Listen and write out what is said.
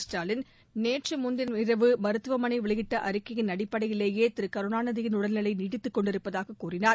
ஸ்டாலின் நேற்றுமுன்தினம் இரவு மருத்துவமனை வெளியிட்ட அறிக்கையின் அடிப்படையிலேயே திரு கருணாநிதியின் உடல்நிலை நீடித்துக் கொண்டிருப்பதாக கூறினார்